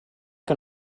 que